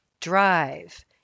drive